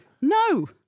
no